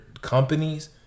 companies